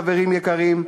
חברים יקרים,